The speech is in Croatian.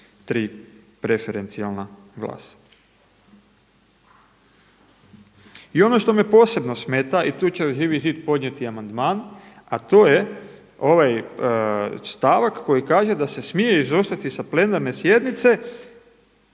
I ono što me posebno smeta i tu će Živi zid podnijeti amandman a to je ovaj stavak koji kaže da se smije izostati sa plenarne sjednice,